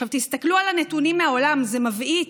עכשיו, תסתכלו על נתונים מהעולם, זה מבעית: